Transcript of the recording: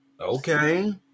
Okay